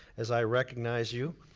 as i recognize you.